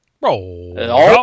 Roll